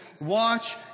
watch